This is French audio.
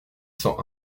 cent